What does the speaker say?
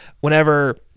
Whenever